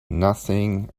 nothing